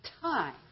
time